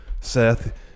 Seth